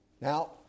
Now